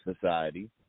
society